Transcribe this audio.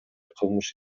кылмыш